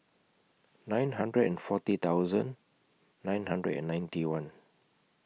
nine hundred and forty thousand nine hundred and ninety one